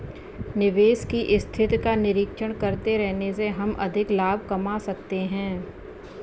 निवेश की स्थिति का निरीक्षण करते रहने से हम अधिक लाभ कमा सकते हैं